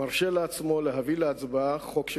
מרשה לעצמו להביא להצבעה חוק שכזה.